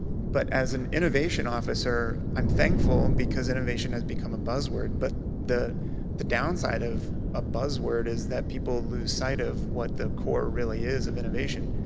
but as an innovation officer, i'm thankful, and because innovation has become a buzz word. but the the downside of ah buzz word is that people lose sight of what the core really is of innovation.